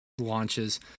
launches